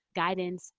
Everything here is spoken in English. guidance,